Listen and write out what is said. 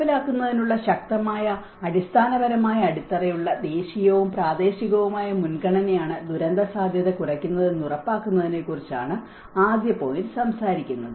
നടപ്പിലാക്കുന്നതിനുള്ള ശക്തമായ സ്ഥാപനപരമായ അടിത്തറയുള്ള ദേശീയവും പ്രാദേശികവുമായ മുൻഗണനയാണ് ദുരന്തസാധ്യത കുറയ്ക്കുന്നത് എന്ന് ഉറപ്പാക്കുന്നതിനെക്കുറിച്ചാണ് ആദ്യ പോയിന്റ് സംസാരിക്കുന്നത്